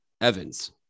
Evans